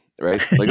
right